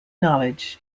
knowledge